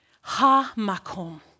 Ha-Makom